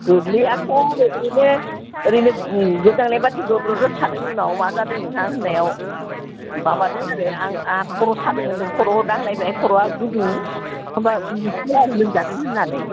गोग्लैयाखै ओरैनो ओरैनो गोजांनाय बायदि दद्र'द' थादों उनाव मा जादों नोंहा होननायाव माबादो आरो आंहा खर' सादों होन्दों खर'आव दांनायबाय आं खर'आ गुदुं होमब्ला मिथिबाय आरो लोमजादों होननानै